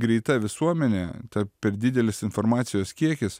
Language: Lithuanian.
greita visuomenė ta per didelis informacijos kiekis